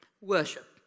worship